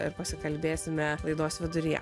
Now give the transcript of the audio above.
ir pasikalbėsime laidos viduryje